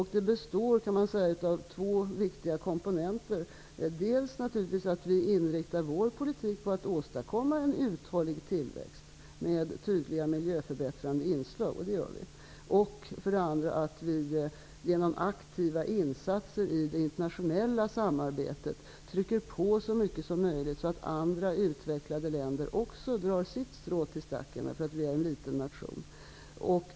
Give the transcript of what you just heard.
Det består av två viktiga komponenter, dels att vi inriktar vår politik på att åstadkomma en uthållig tillväxt med tydliga miljöförbättrande inslag, och det gör vi, dels att vi genom aktiva insatser i det internationella samarbetet trycker på så mycket som möjligt så att andra utvecklade länder också drar sitt strå till stacken. För vi är en liten nation.